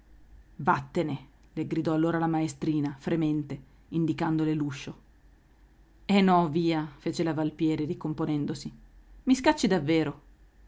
vattene le gridò allora la maestrina fremente indicandole l'uscio eh no via fece la alpieri ricomponendo si i scacci davvero